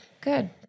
Good